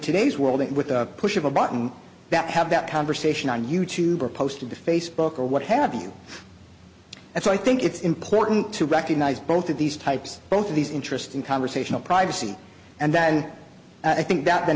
today's world it with a push of a button that have that conversation on you tube or posted to facebook or what have you and so i think it's important to recognize both of these types both of these interesting conversational privacy and then i think that that